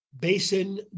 Basin